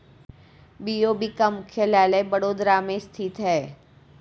BOB का मुख्यालय बड़ोदरा में स्थित है